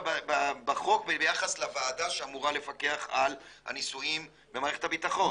בחוק ביחס לוועדה שאמורה לפקח על הניסויים במערכת הביטחון.